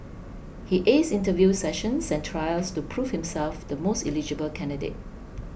he aced interview sessions and trials to prove himself the most eligible candidate